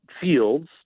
fields